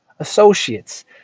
Associates